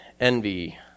envy